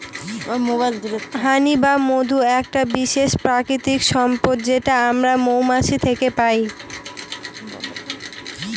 হানি বা মধু একটা বিশেষ প্রাকৃতিক সম্পদ যেটা মৌমাছি থেকে আমরা পাই